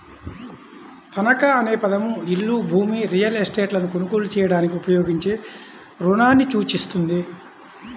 తనఖా అనే పదం ఇల్లు, భూమి, రియల్ ఎస్టేట్లను కొనుగోలు చేయడానికి ఉపయోగించే రుణాన్ని సూచిస్తుంది